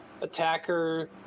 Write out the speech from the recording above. attacker